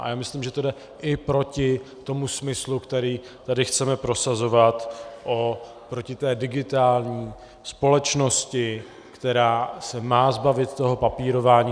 A já myslím, že to jde i proti tomu smyslu, který tady chceme prosazovat, proti té digitální společnosti, která se má zbavit toho zbytečného papírování.